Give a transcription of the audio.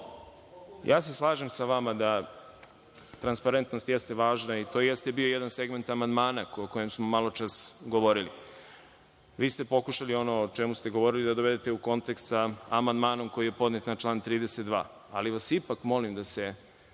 slažem se sa vama da transparentnost jeste važna i to jeste bio jedan segment amandmana o kojom smo maločas govorili. Vi ste pokušali ono o čemu ste govorili da dovedete u kontekst sa amandmanom koji je podnet na član 32, ali vas ipak molim da se